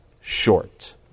short